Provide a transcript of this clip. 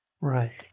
Right